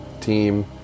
team